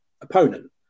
opponent